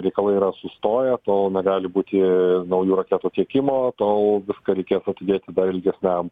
reikalai yra sustoję tol negali būti naujų raketų tiekimo tol viską reikės atidėti dar ilgesniam